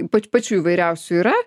pač pačių įvairiausių yra